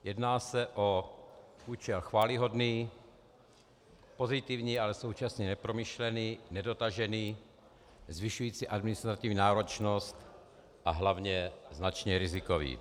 Jedná se o účel chvályhodný, pozitivní, ale současně nepromyšlený, nedotažený, zvyšující administrativní náročnost a hlavně značně rizikový.